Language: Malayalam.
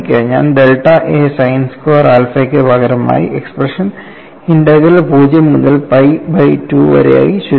ഞാൻ ഡെൽറ്റ a സൈൻ സ്ക്വയർ ആൽഫയ്ക്ക് പകരമായി എക്സ്പ്രഷൻ ഇന്റഗ്രൽ 0 മുതൽ പൈ ബൈ 2 ആയി ചുരുങ്ങുന്നു